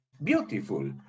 beautiful